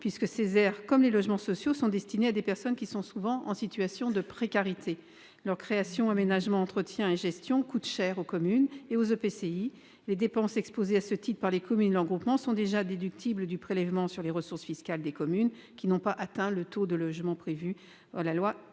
puisque ces aires, comme les logements sociaux, sont destinées à des personnes qui sont souvent en situation de précarité, que leur création, leur aménagement, leur entretien et leur gestion coûtent cher aux communes et EPCI et que les dépenses exposées à ce titre par les communes et leurs groupements sont déjà déductibles du prélèvement sur les ressources fiscales des communes qui n'ont pas atteint le taux de logements sociaux prévu par la loi SRU.